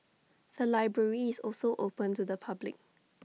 the library is also open to the public